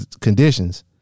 conditions